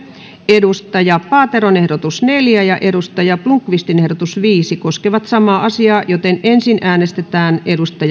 sekä sirpa paateron ehdotus neljä ja thomas blomqvistin ehdotus viisi koskevat samaa määrärahaa ensin äänestetään